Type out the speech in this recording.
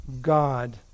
God